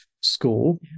school